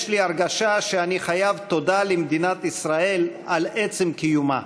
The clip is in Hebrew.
יש לי הרגשה שאני חייב תודה למדינת ישראל על עצם קיומה.